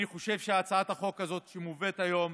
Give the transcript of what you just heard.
אני חושב שהצעת החוק הזאת שמובאת היום